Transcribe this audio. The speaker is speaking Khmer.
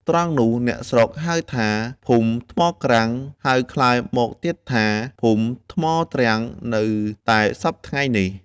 ត្រង់នោះ អ្នកស្រុកហៅថាភូមិថ្មក្រាំង ហៅក្លាយមកទៀតថា ភូមិថ្មទ្រាំងនៅតែសព្វថ្ងៃនេះ ។